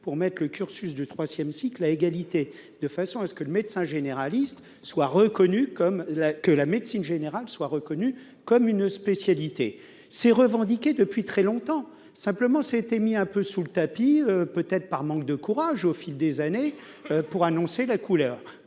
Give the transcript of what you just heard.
à ce que le médecin généraliste soit reconnue comme la que la médecine générale soit reconnue comme une spécialité. Ces revendiqué depuis très longtemps, simplement, ça a été mis un peu sous le tapis, peut-être par manque de courage au fil des années pour annoncer la couleur,